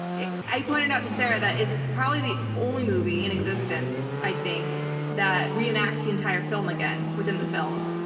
i pointed out to sarah that it's probably the only movie in existence, i think, that re-enacts the entire film again within the film.